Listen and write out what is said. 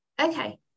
Okay